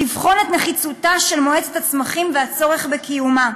לבחון את נחיצותה של מועצת הצמחים והצורך בקיומה.